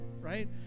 right